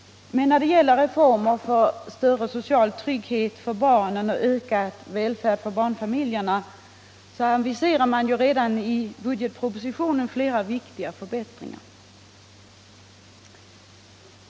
När det gäller reformer för större social trygghet åt barn och ökad välfärd för barnfamiljerna aviseras emellertid redan i budgetpropositionen flera viktiga förbättringar.